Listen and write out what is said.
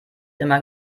immer